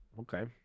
okay